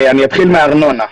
אני אתחיל מארנונה.